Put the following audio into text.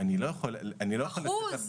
אחוז?